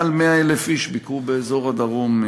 מעל 100,000 איש ביקרו באזור הדרום,